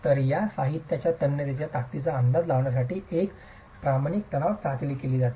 तर या साहित्याच्या तन्यतेच्या ताकदीचा अंदाज लावण्यासाठी एक प्रमाणित तणाव चाचणी केली जाते